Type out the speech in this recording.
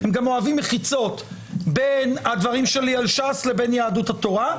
הם גם אוהבים מחיצות בין דברי על ש"ס לבין דברי על יהדות התורה,